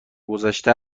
گذشته